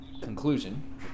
conclusion